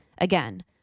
Again